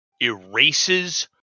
erases